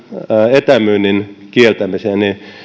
etämyynnin kieltämiseen